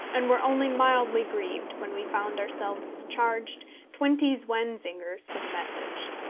and were only mildly grieved when we found ourselves charged twenty zwanzigers for the message.